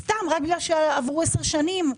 סתם כי עברו עשר שנים.